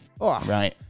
Right